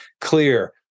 clear